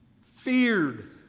feared